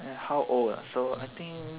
and how old ah so I think